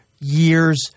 years